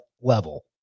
level